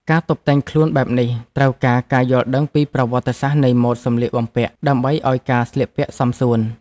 ការតុបតែងខ្លួនបែបនេះត្រូវការការយល់ដឹងពីប្រវត្តិសាស្ត្រនៃម៉ូដសម្លៀកបំពាក់ ដើម្បីឱ្យការស្លៀកពាក់សមសួន។